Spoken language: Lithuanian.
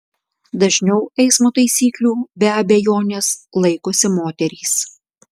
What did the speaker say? dažniau eismo taisyklių be abejonės laikosi moterys